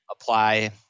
apply